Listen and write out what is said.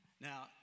Now